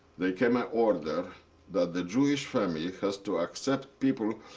there came a order that the jewish family has to accept people.